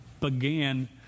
began